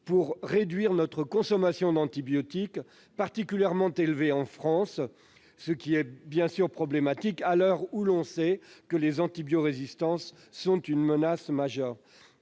pour réduire la consommation d'antibiotiques, particulièrement élevée en France, ce qui pose problème à l'heure où les antibiorésistances sont une menace majeure.